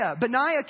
Benaiah